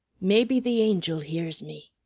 maybe the angel hears me.